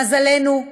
למזלנו,